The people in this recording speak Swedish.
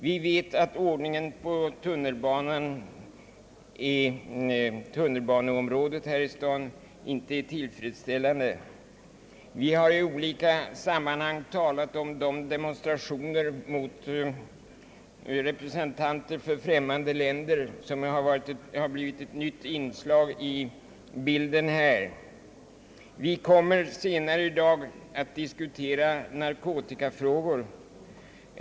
Vi vet också att ordningen på tunnelbaneområdet här i staden inte är tillfredsställande. Vi har också i olika sammanhang talat om de demonstrationer mot representanter för främmande länder, som blivit ett nytt inslag i bilden här. Vi kommer senare i dag att diskutera narkotikafrågor.